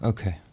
Okay